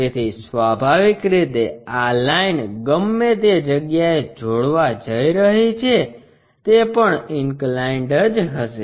તેથી સ્વાભાવિક રીતે આ લાઇન ગમે તે જગ્યાએ જોડાવા જઈ રહી છે તે પણ ઇન્કલાઈન્ડ જ હશે